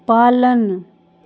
पालन